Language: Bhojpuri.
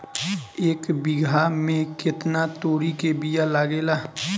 एक बिगहा में केतना तोरी के बिया लागेला?